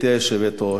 גברתי היושבת-ראש,